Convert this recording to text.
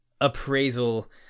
appraisal